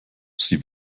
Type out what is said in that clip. sie